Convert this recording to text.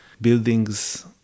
buildings